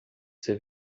ser